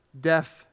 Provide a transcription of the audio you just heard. deaf